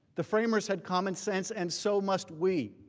the framers had common sense and so must we.